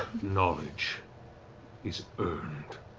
knowledge is earned,